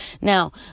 Now